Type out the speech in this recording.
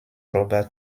robert